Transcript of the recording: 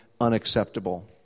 unacceptable